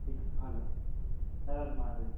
ठीकु हा हलो हर हर महादेव